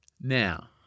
Now